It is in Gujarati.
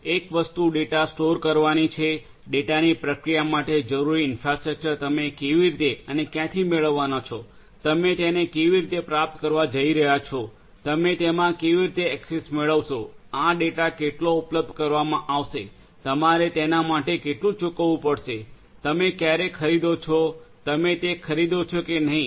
એક વસ્તુ ડેટા સ્ટોર કરવાની છે ડેટાની પ્રક્રિયા માટે જરૂરી ઇન્ફ્રાસ્ટ્રક્ચર તમે કેવી રીતે અને ક્યાંથી મેળવવાના છો તમે તેને કેવી રીતે પ્રાપ્ત કરવા જઇ રહ્યા છો તમે તેમાં કેવી રીતે એક્સેસ મેળવશો આ ડેટા કેટલો ઉપલબ્ધ કરાવવામાં આવશે તમારે તેના માટે કેટલું ચુકવવું પડશે તમે ક્યારે ખરીદો છો તમે તે ખરીદો છો કે નહીં